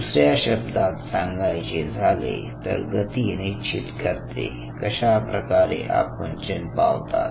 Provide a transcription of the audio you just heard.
दुसऱ्या शब्दात सांगायचे झाले तर गती निश्चित करते कशाप्रकारे आकुंचन पावतात